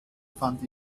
fand